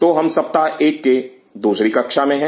तो हम सप्ताह एक के दूसरी कक्षा में है